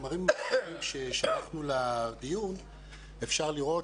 בחומרים הנוספים ששלחנו לדיון אפשר לראות